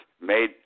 made